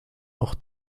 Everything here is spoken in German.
auch